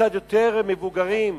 קצת יותר מבוגרים,